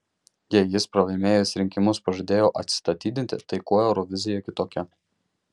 jei jis pralaimėjęs rinkimus pažadėjo atsistatydinti tai kuo eurovizija kitokia